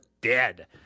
dead